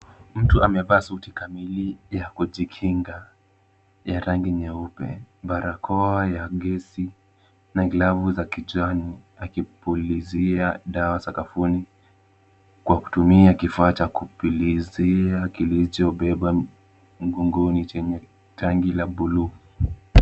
Mtu amevaa suti kamili ya kujikinga ya rangi nyeupe, barakoa ya gesi na glavu za kijani akipulizia dawa sakafuni kwa kutumia kifaa cha kupulizia kilichobeba mgongoni chenye tangi la bluu.